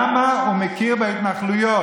כי הוא מכיר בהתנחלויות.